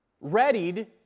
readied